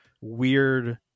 weird